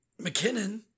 McKinnon